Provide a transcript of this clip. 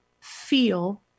feel